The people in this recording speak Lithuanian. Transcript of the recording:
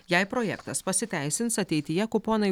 jei projektas pasiteisins ateityje kuponai